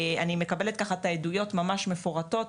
אני מקבלת את העדויות ממש מפורטות.